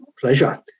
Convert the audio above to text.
Pleasure